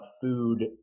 food